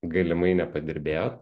galimai nepadirbėjot